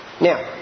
Now